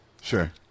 Sure